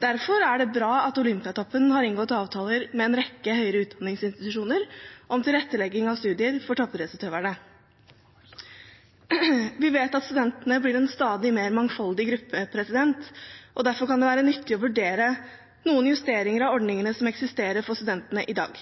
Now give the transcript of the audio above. Derfor er det bra at Olympiatoppen har inngått avtaler med en rekke høyere utdanningsinstitusjoner om tilrettelegging av studier for toppidrettsutøvere. Vi vet at studentene blir en stadig mer mangfoldig gruppe, og derfor kan det være nyttig å vurdere noen justeringer av ordningene som eksisterer for studentene i dag.